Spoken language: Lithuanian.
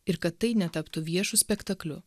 ir kad tai netaptų viešu spektakliu